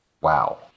wow